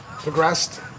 Progressed